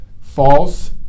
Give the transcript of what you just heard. false